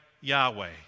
Yahweh